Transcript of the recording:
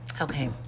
okay